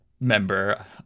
Member